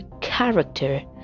character